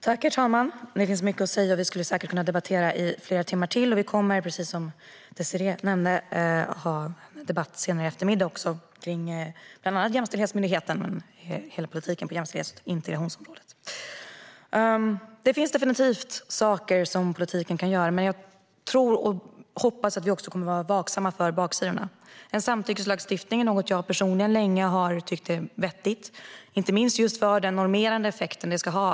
Herr talman! Det finns mycket att säga. Vi skulle säkert kunna debattera i flera timmar till. Vi kommer, precis som Désirée nämnde, att ha en debatt i eftermiddag om bland annat jämställdhetsmyndigheten. Den gäller hela politiken på jämställdhets och integrationsområdet. Det finns definitivt saker som politiken kan göra. Men jag tror och hoppas att vi också kommer att vara vaksamma på baksidorna. En samtyckeslagstiftning är något som jag personligen länge har tyckt varit vettigt, inte minst för den normerande effekt den ska ha.